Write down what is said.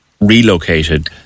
relocated